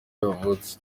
yavutse